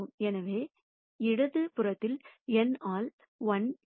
எனவே இடது புறத்தில் n ஆல் 1 ஆக இருக்கிறது